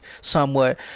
somewhat